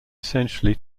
essentially